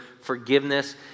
forgiveness